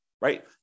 right